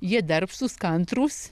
jie darbštūs kantrūs